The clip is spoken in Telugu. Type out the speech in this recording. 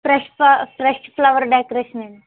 ఫ్రెష్ ఫ్ల ఫ్రెష్ ఫ్లవర్ డెకరేషనండి